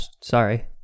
Sorry